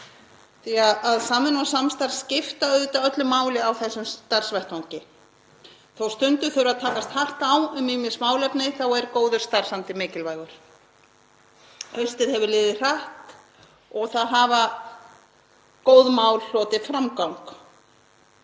því að samvinna og samstarf skipta auðvitað öllu máli á þessum starfsvettvangi. Þótt stundum þurfi að takast hart á um ýmis málefni er góður starfsandi mikilvægur. Haustið hefur liðið hratt og góð mál hafa hlotið framgang.